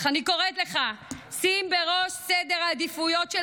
אך אני קוראת לך: שים בראש סדר העדיפויות של